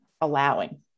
allowing